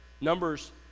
Numbers